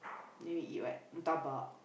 then you eat what dabao